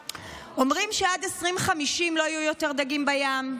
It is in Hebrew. אומרים שעד 2050 לא יהיו יותר דגים בים.